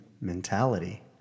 mentality